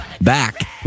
back